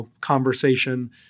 conversation